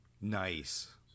Nice